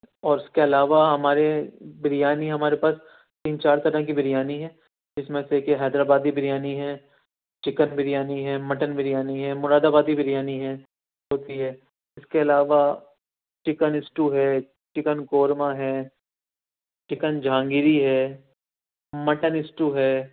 اور اس کے علاوہ ہمارے بریانی ہمارے پاس تین چار طرح کی بریانی ہے جس میں سے کہ حیدرآبادی بریانی ہے چکن بریانی ہے مٹن بریانی ہے مرادآبادی بریانی ہے ہوتی ہے اس کے علاوہ چکن اسٹو ہے چکن قورمہ ہے چکن جہانگیری ہے مٹن اسٹو ہے